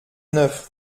neuf